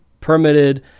permitted